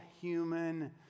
human